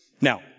Now